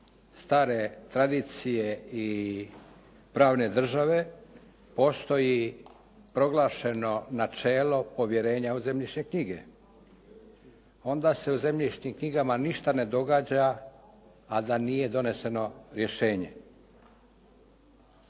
stare tradicije i pravne države postoji proglašeno načelo povjerenja od zemljišne knjige, onda se u zemljišnim knjigama ništa ne događa, a da nije doneseno rješenje.